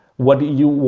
what do you,